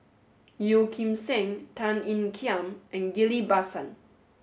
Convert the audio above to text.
Yeo Kim Seng Tan Ean Kiam and Ghillie Basan